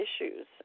issues